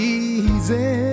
easy